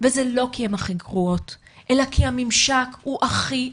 וזה לא כי הן הכי גרועות,